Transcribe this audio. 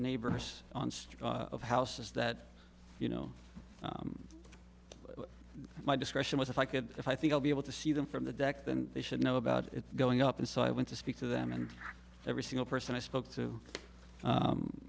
neighbors of houses that you know my discretion was if i could if i think i'll be able to see them from the deck then they should know about it going up and so i went to speak to them and every single person i spoke to